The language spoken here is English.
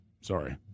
Sorry